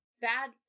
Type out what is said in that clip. Bad